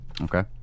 Okay